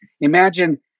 Imagine